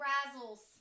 Razzles